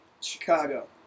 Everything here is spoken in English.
Chicago